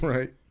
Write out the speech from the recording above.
Right